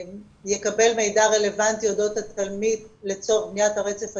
יקבל מידע רלוונטי אודות התלמיד לצורך בניית הרצף הטיפולי,